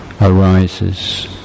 arises